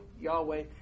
Yahweh